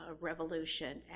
revolution